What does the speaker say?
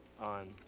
on